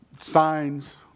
Signs